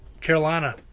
carolina